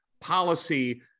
policy